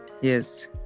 yes